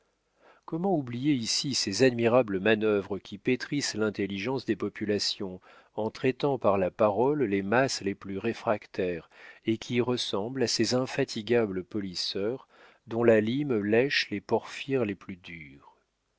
comment oublier ici ces admirables manœuvres qui pétrissent l'intelligence des populations en traitant par la parole les masses les plus réfractaires et qui ressemblent à ces infatigables polisseurs dont la lime lèche les porphyres les plus durs